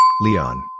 Leon